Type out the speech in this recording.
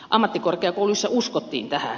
ammattikorkeakouluissa uskottiin tähän